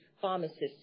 pharmacists